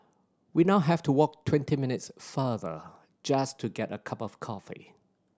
we now have to walk twenty minutes farther just to get a cup of coffee